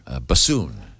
Bassoon